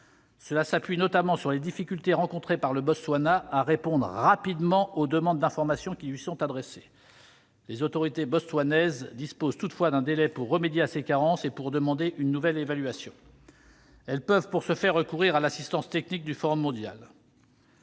s'appuie notamment sur les difficultés rencontrées par le Botswana pour répondre rapidement aux demandes d'informations qui lui sont adressées. Les autorités botswanaises disposent néanmoins d'un délai pour remédier à ces carences et demander une nouvelle évaluation. Elles peuvent, pour ce faire, recourir à l'assistance technique du Forum mondial.